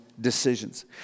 decisions